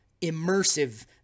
immersive